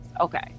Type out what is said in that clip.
Okay